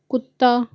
कुत्ता